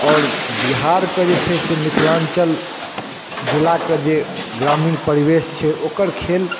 आओर बिहारके जे छै से मिथलाञ्चल जिलाक जे ग्रामीण परिवेश छै ओकर खेल